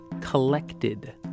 collected